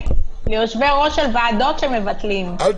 לא